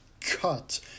cut